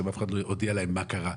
היא שאף אחד לא הודיע להם מה קרה.